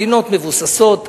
מדינות מבוססות.